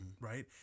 right